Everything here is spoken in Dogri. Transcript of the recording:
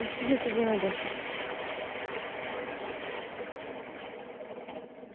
जी रुट्टी बना दे